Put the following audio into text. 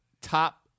Top